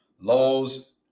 Laws